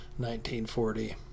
1940